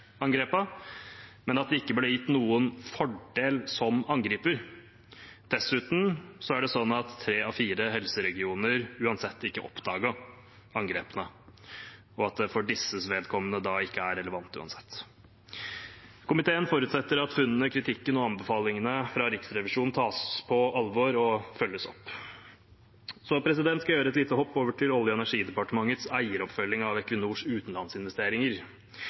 men at de ikke ble gitt noen fordel som angriper. Dessuten er det slik at tre av fire helseregioner uansett ikke oppdaget angrepene, og at det for disses vedkommende da ikke er relevant uansett. Komiteen forutsetter at funnene, kritikken og anbefalingene fra Riksrevisjonen tas på alvor og følges opp. Så skal jeg hoppe over til Olje- og energidepartementets eieroppfølging av Equinors utenlandsinvesteringer.